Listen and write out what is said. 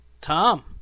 Tom